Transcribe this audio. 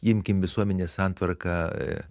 imkim visuomenės santvarką